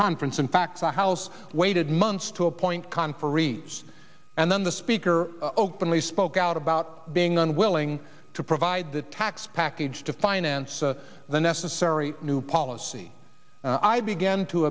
conference in fact the house waited months to appoint conferees and then the speaker openly spoke out about being unwilling to provide the tax package to finance the necessary new policy i began to